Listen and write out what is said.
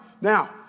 now